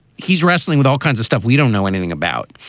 he's wrestling with all kinds of stuff we don't know anything about.